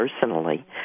personally